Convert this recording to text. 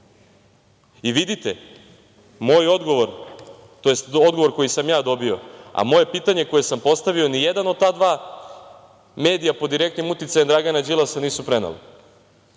I vidite, moj odgovor, tj. odgovor koji sam ja dobio, a moje pitanje koje sam postavio, ni jedan od ta dva medija pod direktnim uticajem Dragana Đilasa nisu preneli.